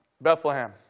Bethlehem